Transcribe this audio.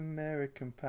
American